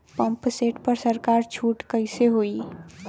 Pump set पर सरकार छूट कईसे होई?